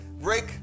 break